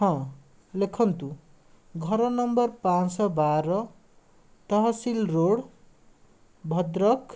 ହଁ ଲେଖନ୍ତୁ ଘର ନମ୍ବର ପାଞ୍ଚଶହ ବାର ତହସିଲ୍ ରୋଡ଼ ଭଦ୍ରକ